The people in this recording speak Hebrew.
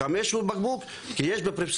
500 בקבוק,